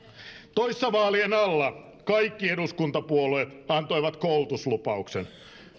toissa vaalien alla kaikki eduskuntapuolueet antoivat koulutuslupauksen